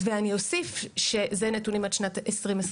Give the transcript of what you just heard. ואני אוסיף שזה נתונים עד שנת 2021,